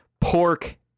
Pork